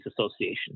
Association